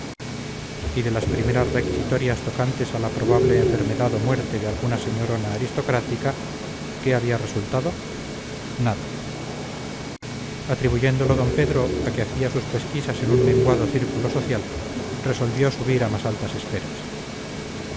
y de las primeras requisitorias tocantes a la probable enfermedad o muerte de alguna señorona aristocrática qué había resultado nada atribuyéndolo d pedro a que hacía sus pesquisas en un menguado círculo social resolvió subir a más altas esferas